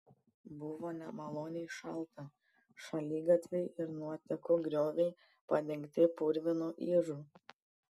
buvo nemaloniai šalta šaligatviai ir nuotekų grioviai padengti purvinu ižu